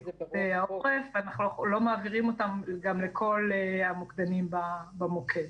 --- ואנחנו לא מעבירים אותם גם לכל המוקדנים במוקד.